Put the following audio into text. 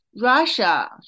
Russia